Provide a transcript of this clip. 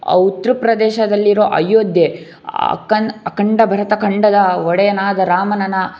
ಆ ಉತ್ತರ ಪ್ರದೇಶದಲ್ಲಿರುವ ಅಯೋಧ್ಯೆ ಅಖನ್ ಅಖಂಡ ಭರತ ಖಂಡದ ಒಡೆಯನಾದ ರಾಮನನ್ನ